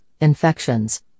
infections